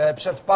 przed